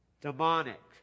demonic